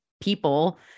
people